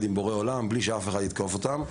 עם בורא עולם בלי שאף אחד יתקוף אותם.